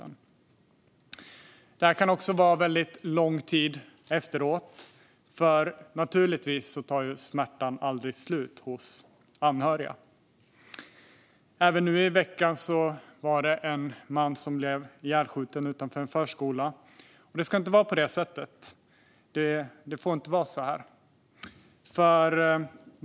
Det här kan också ske under väldigt lång tid efteråt, för naturligtvis tar smärtan aldrig slut hos anhöriga till dödsoffren. Nu i veckan var det en man som blev ihjälskjuten utanför en förskola. Det ska inte vara på det sättet. Det får inte vara så här.